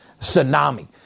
tsunami